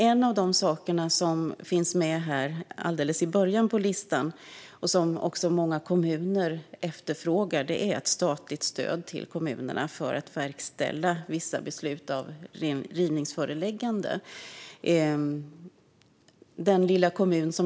En sak som står med på listan och som också många kommuner efterfrågar är ett statligt stöd till kommunerna för att verkställa vissa beslut om rivningsföreläggande.